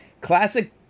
Classic